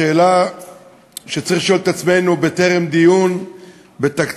השאלה שאנחנו צריכים לשאול את עצמנו בטרם דיון בתקציב,